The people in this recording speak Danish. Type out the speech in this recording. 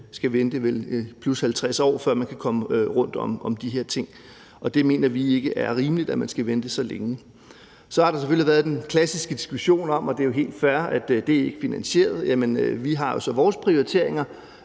skal vente plus 50 år, før man kan komme rundt om de her ting, og vi mener ikke, det er rimeligt, at man skal vente så længe. Så har der selvfølgelig været den klassiske diskussion om – og det er jo helt fair – at det ikke er finansieret. Men vi har jo så vores prioriteringer,